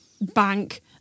Bank